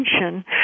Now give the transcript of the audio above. attention